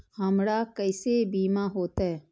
हमरा केसे बीमा होते?